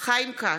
חיים כץ,